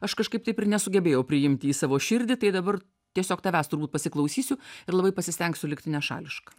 aš kažkaip taip ir nesugebėjau priimti į savo širdį tai dabar tiesiog tavęs turbūt pasiklausysiu ir labai pasistengsiu likti nešališka